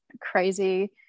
crazy